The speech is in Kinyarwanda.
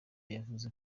yavuze